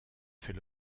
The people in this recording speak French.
fait